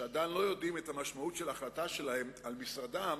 שעדיין לא יודעים את המשמעות של ההחלטה שלהם על משרדם,